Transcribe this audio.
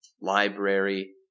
library